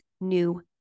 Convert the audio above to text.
new